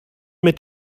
mit